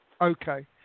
Okay